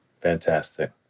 Fantastic